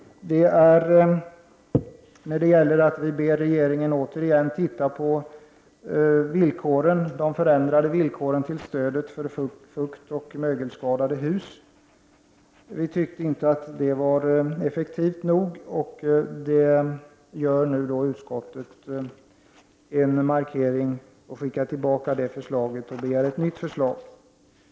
Det gäller för det första att vi återigen ber regeringen att se över de förändrade villkoren till stödet för fuktoch mögelskadade hus. Vi tycker inte att de är effektiva nog. Utskottet gör nu en markering, skickar tillbaka förslaget och begär ett nytt förslag.